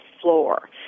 floor